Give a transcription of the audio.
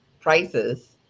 prices